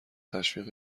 تشویق